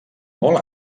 molt